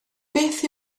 beth